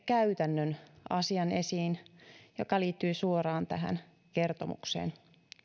käytännön asian joka liittyy suoraan tähän kertomukseen